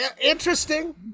interesting